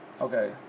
Okay